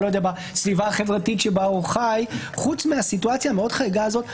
בסביבה החברתית שבה הוא חי חוץ מהסיטואציה המאוד חריגה הזאת,